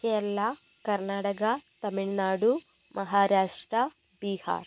Kerala Karnataka Tamil Nadu Maharashtra Bihar